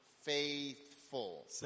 faithful